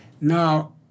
Now